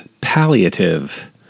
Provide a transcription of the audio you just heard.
palliative